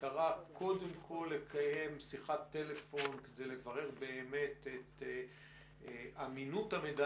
קודם כל לקיים שיחת טלפון כדי לאמת את אמינות המידע